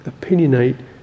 opinionate